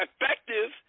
effective